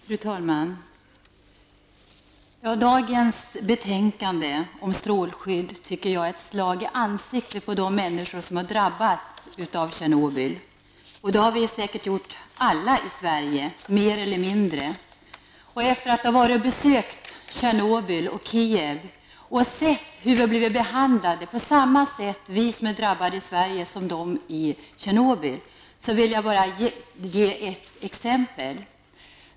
Fru talman! Dagens betänkande om strålskydd anser jag vara ett slag i ansiktet på de människor som har drabbats av Tjernobylolyckan. Alla i Sverige har nog drabbats mer eller mindre. Efter att ha besökt Tjernobyl och Kijev och sett att vi blir behandlade på samma sätt som människorna i Tjernobyl vill jag ge ett exempel.